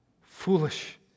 foolish